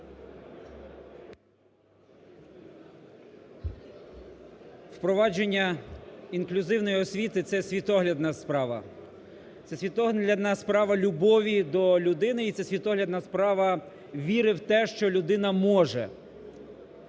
Впровадження інклюзивної освіти – це світоглядна справа, це світоглядна справа любові до людини і це світоглядна справа віри в те, що людина може.